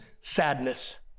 sadness